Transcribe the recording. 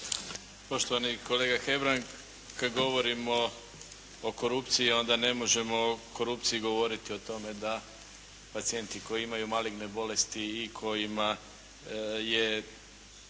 Poštovani kolega Hebrang, kada govorimo o korupciji onda ne možemo o korupciji govoriti o tome da pacijenti koji imaju maligne bolesti i kojima je